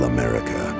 America